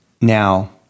now